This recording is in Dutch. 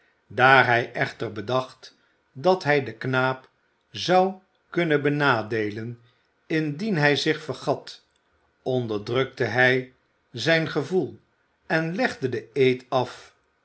daar hij echter bedacht dat hij den knaap zou kunnen benadeelen indien hij zich vergat onderdrukte hij zijn gevoel en legde den eed af